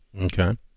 Okay